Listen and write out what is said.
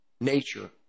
nature